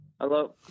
Hello